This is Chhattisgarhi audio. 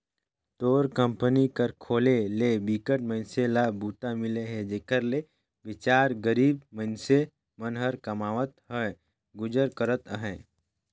तोर कंपनी कर खोले ले बिकट मइनसे ल बूता मिले हे जेखर ले बिचार गरीब मइनसे मन ह कमावत होय गुजर करत अहे